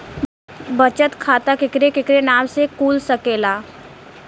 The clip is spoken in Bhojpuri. बचत खाता केकरे केकरे नाम से कुल सकेला